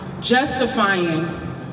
justifying